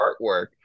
artwork